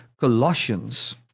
Colossians